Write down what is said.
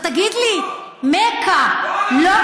כל המסגד,